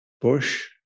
Bush